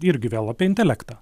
irgi vėl apie intelektą